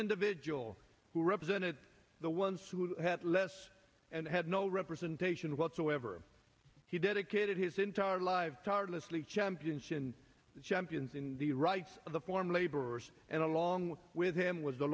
individual who represented the ones who had less and had no representation whatsoever he dedicated his entire lives tirelessly championship the champions in the rights of the former laborers and along with him was